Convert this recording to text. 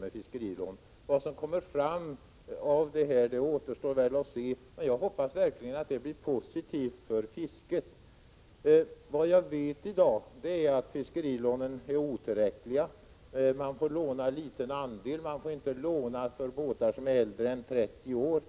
om fiskerilånen. Vad som kommer fram av utredningen återstår att se, men jag hoppas verkligen att det blir positivt för fisket. Såvitt jag vet är fiskerilånen i dag otillräckliga. Man får bara låna en liten andel och inte för båtar som är äldre än 30 år.